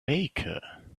baker